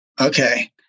Okay